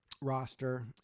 roster